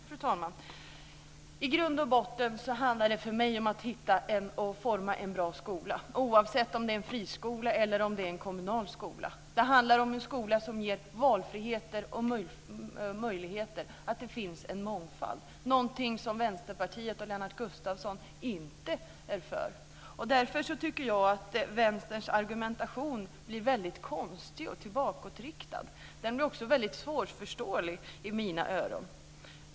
Fru talman! I grund och botten handlar det för mig om att forma en bra skola, oavsett om det är en friskola eller om det är en kommunal skola. Det handlar om en skola som ger valfrihet och möjligheter, att det finns en mångfald, någonting som Vänsterpartiet och Lennart Gustavsson inte är för. Därför tycker jag att Vänsterns argumentation blir väldigt konstig och bakåtriktad. Den blir också väldigt svårförståelig i mina öron.